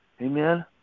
Amen